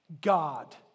God